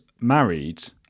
married